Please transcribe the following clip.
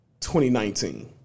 2019